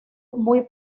muy